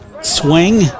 Swing